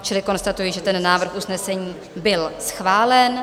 Čili konstatuji, že ten návrh usnesení byl schválen.